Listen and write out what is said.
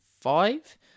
five